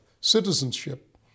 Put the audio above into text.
citizenship